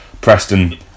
Preston